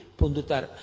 pundutar